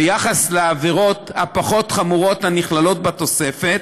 ביחס לעבירות הפחות-חמורות הנכללות בתוספת,